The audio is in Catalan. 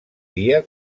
dia